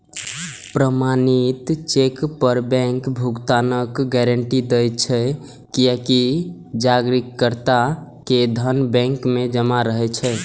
प्रमाणित चेक पर बैंक भुगतानक गारंटी दै छै, कियैकि जारीकर्ता के धन बैंक मे जमा रहै छै